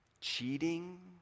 cheating